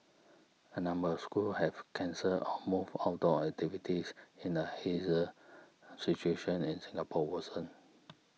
a number of schools have cancelled or moved outdoor activities in the haze situation in Singapore worsens